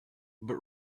but